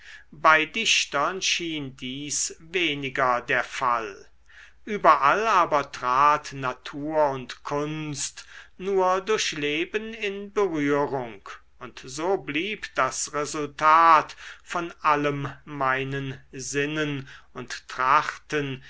bei dichtern schien dies weniger der fall überall aber trat natur und kunst nur durch leben in berührung und so blieb das resultat von allem meinen sinnen und trachten